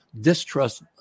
Distrust